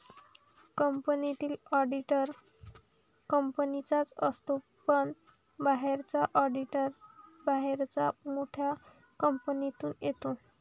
कंपनीतील ऑडिटर कंपनीचाच असतो पण बाहेरचा ऑडिटर बाहेरच्या मोठ्या कंपनीतून येतो